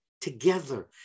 together